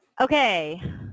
Okay